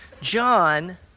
John